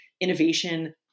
innovation